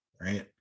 right